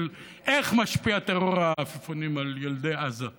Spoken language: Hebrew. איך משפיע טרור העפיפונים על ילדי עוטף עזה.